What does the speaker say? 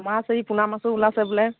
মাছ এই পোনা মাছো ওলাইছে বোলে